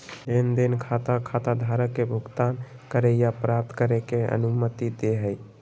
लेन देन खाता खाताधारक के भुगतान करे या प्राप्त करे के अनुमति दे हइ